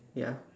ya